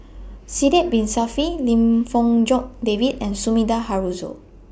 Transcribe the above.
Sidek Bin Saniff Lim Fong Jock David and Sumida Haruzo